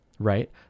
Right